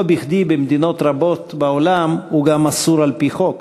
לא בכדי במדינות רבות בעולם הוא גם אסור על-פי חוק,